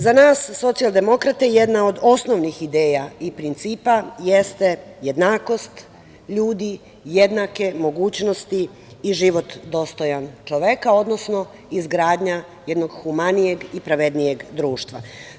Za nas, Socijaldemokrate, jedna od osnovnih ideja i principa jeste jednakost ljudi, jednake mogućnosti i život dostojan čoveka, odnosno izgradnja jednog humanijeg i pravednijeg društva.